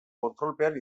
kontrolpean